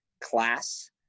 class